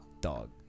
dog